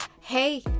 Hey